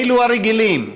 אלו הרגילים,